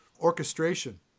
orchestration